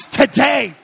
today